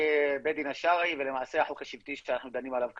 בית הדין השרעי ולמעשה החוק השבטי שאנחנו דנים עליו כרגע.